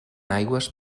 aigües